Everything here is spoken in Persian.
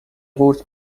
قورت